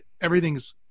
everything's